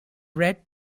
red